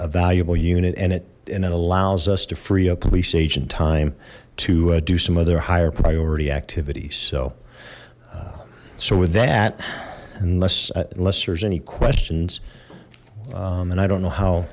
a valuable unit and it and it allows us to free a police agent time to do some other higher priority activities so so with that unless unless there's any questions and i don't know how